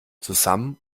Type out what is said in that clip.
zusammen